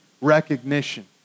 recognition